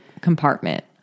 compartment